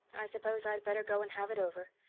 i suppose i'd better go and have it over.